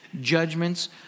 judgments